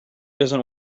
doesn’t